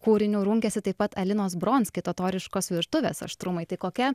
kūriniu rungėsi taip pat alinos bronski totoriškos virtuvės aštrumai tai kokia